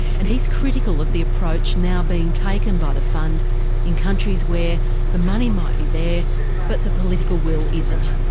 and he's critical of the approach now being taken by the fund in countries where the money might be there but the political will isn't.